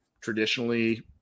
traditionally